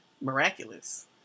miraculous